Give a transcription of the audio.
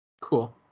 Cool